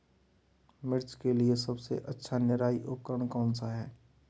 मिर्च के लिए सबसे अच्छा निराई उपकरण कौनसा है?